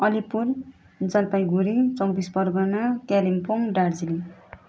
Alipur Jalpaiguri Chaubis Pargana Kalimpong Darjeeling